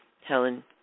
Helen